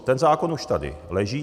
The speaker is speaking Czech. Ten zákon už tady teď leží.